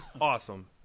awesome